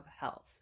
health